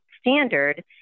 standard